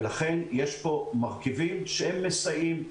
לכן יש פה מרכיבים שהם מסייעים.